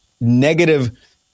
negative